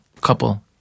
couple